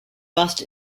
bust